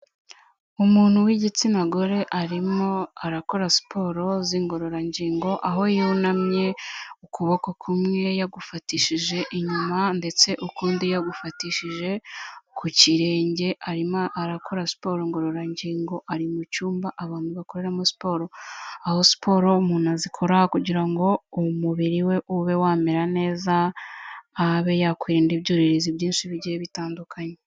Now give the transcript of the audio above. Umuntu w'igitsina gore arimo arakora siporo z'ingororangingo aho yunamye, ukuboko kumwe yagufatishije inyuma, ndetse ukundi yagufatishije ku kirenge; arimo arakora siporo ngororangingo. Ari mu cyumba, abantu bakoreramo siporo; aho siporo umuntu azikora kugira ngo umubiri we ube wamera neza, abe yakwirinda ibyuririzi byinshi bigiye bitandukanye.